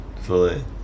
Fully